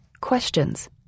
Questions